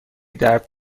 درد